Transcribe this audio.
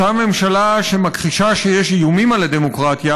אותה ממשלה שמכחישה שיש איומים על הדמוקרטיה